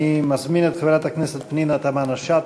אני מזמין את חברת הכנסת פנינה תמנו-שטה.